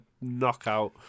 knockout